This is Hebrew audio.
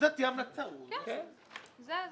זו האמירה,